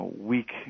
weak